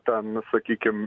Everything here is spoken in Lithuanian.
ten sakykim